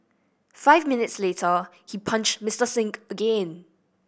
five minutes later he punched Mister Singh again